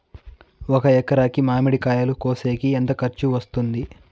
ఒక ఎకరాకి మామిడి కాయలు కోసేకి ఎంత ఖర్చు వస్తుంది?